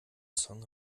song